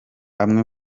amwe